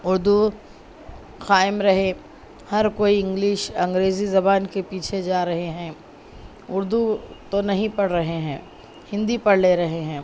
اردو قائم رہے ہر کوئی انگلش انگریزی زبان کے پیچھے جا رہے ہیں اردو تو نہیں پڑھ رہے ہیں ہندی پڑھ لے رہے ہیں